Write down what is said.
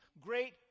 great